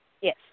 Yes